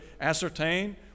ascertain